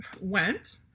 went